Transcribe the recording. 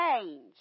change